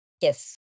Yes